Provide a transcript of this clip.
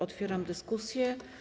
Otwieram dyskusję.